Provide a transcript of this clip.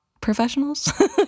professionals